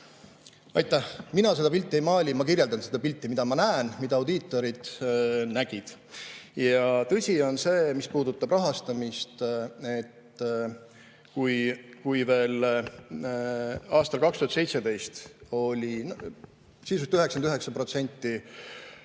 Aitäh! Mina seda pilti ei maali. Ma kirjeldan seda pilti, mida ma näen, mida audiitorid nägid. Ja tõsi on see, mis puudutab rahastamist, et kui veel aastal 2017 sisuliselt 99%